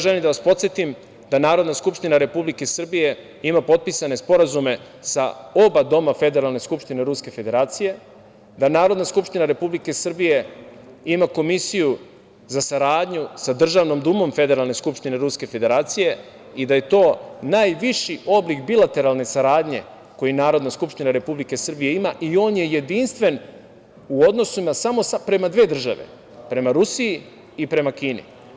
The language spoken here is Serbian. Želim da vas podsetim da Narodna skupština Republike Srbije ima potpisane sporazume sa oba doma Federalne skupštine Ruske Federacije, da Narodna skupština Republike Srbije ima Komisiju za saradnju sa Državnom dumom Federalne skupštine Ruske Federacije i da je to najviši oblik bilateralne saradnje koji Narodna skupština Republike Srbije ima i on je jedinstven u odnosu samo prema dve države, prema Rusiji i prema Kini.